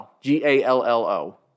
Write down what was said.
G-A-L-L-O